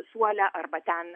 suole arba ten